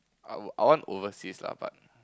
I I want overseas lah but